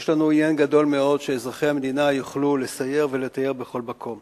יש לנו עניין גדול מאוד שאזרחי המדינה יוכלו לסייר ולתייר בכל מקום.